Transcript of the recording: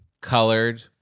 colored